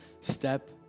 step